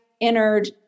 entered